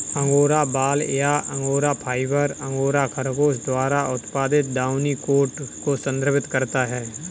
angora बाल या angora fibre, angora खरगोश द्वारा उत्पादित डाउनी कोट को संदर्भित करता है